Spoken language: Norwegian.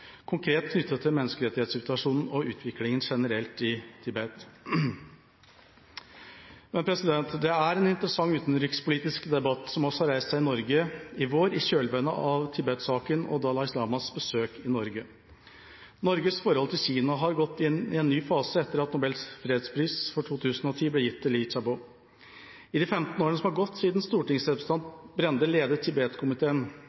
konkret knyttet til menneskerettighetssituasjonen og utviklinga generelt i Tibet. Det er en interessant utenrikspolitisk debatt som også har reist seg i Norge i vår, i kjølvannet av Tibet-saken og Dalai Lamas besøk i Norge. Norges forhold til Kina har gått inn i en ny fase etter at Nobels fredspris for 2010 ble gitt til Liu Xiaobo. I de 15 årene som har gått siden